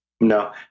No